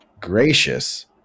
gracious